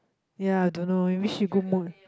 ya don't know maybe she good mood